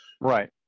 right